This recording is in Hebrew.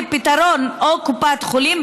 לפתרון או של קופת חולים,